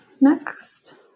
next